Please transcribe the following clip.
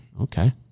Okay